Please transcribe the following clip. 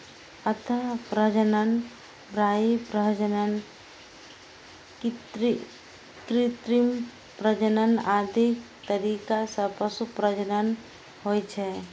अंतः प्रजनन, बाह्य प्रजनन, कृत्रिम प्रजनन आदि तरीका सं पशु प्रजनन होइ छै